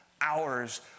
hours